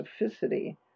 specificity